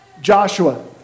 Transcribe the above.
Joshua